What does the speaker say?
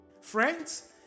Friends